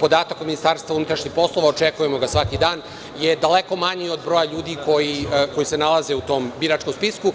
podatak od MUP, očekujemo ga svaki dan, je daleko manji od broja ljudi koji se nalaze u tom biračkom spisku.